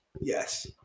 Yes